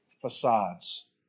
facades